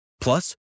Plus